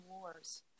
wars